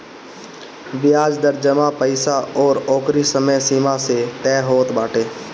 बियाज दर जमा पईसा अउरी ओकरी समय सीमा से तय होत बाटे